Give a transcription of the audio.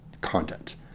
content